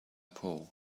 paul